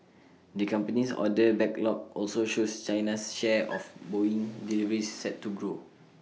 the company's order backlog also shows China's share of boeing deliveries set to grow